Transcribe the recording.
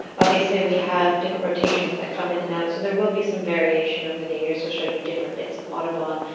obviously we have different rotations that come in and out, so there will be some variation over the years. we'll show you different bits of audubon,